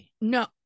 No